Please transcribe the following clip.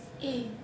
eh